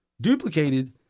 duplicated